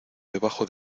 debajo